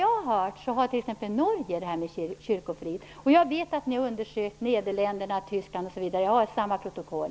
Jag har hört att t.ex. Norge har kyrkofrid. Jag vet också att Nederländerna, Tyskland m.fl. länder har undersökts. Jag har samma protokoll.